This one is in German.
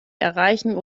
erreichen